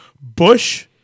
Bush